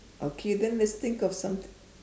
okay then let's think of something